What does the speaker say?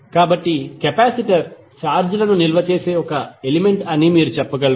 కాబట్టి capacitor charge లను నిల్వ చేసే ఒక ఎలిమెంట్ అని మీరు చెప్పగలరు